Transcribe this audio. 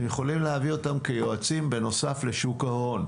אתם יכולים להביא אותם כיועצים בנוסף לנציגי שוק ההון.